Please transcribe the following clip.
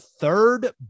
third